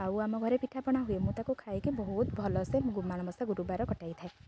ଆଉ ଆମ ଘରେ ପିଠାପଣା ହୁଏ ମୁଁ ତାକୁ ଖାଇକି ବହୁତ ଭଲସେ ମୁଁ ମାଣବସା ଗୁରୁବାର କଟାଇଥାଏ